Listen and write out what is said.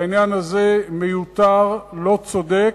והעניין הזה מיותר, לא צודק,